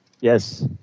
Yes